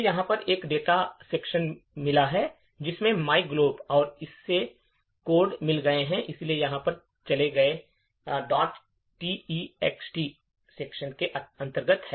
इसे यहाँ पर एक डेटा सेक्शन मिला है जिसमें myglob है और इसे कोड मिल गए हैं इसलिए यहाँ पर चले गए जो इस text सेक्शन के अंतर्गत है